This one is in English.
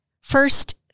First